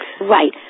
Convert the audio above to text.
Right